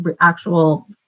actual